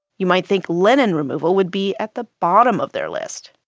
you might think lenin removal would be at the bottom of their list,